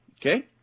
Okay